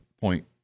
point